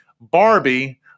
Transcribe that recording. Barbie